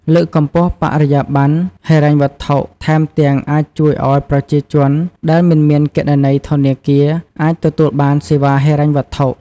លើកកម្ពស់បរិយាប័ន្នហិរញ្ញវត្ថុ ថែមទាំងអាចជួយឲ្យប្រជាជនដែលមិនមានគណនីធនាគារ អាចទទួលបានសេវាហិរញ្ញវត្ថុ។